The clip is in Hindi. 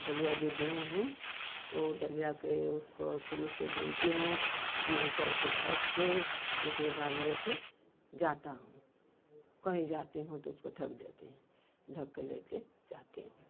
डलिया जो बुनी हूँ ओ डलिया के उसको कुरुस से बुनती हूँ बुनकर के ढक कर एकरे बाद लेकर जाता हूँ कहीं जाती हूँ तो उसको ढक देती हूँ ढक के लेकर जाती हूँ